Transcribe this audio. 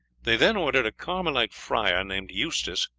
they then ordered a carmelite friar, named eustace,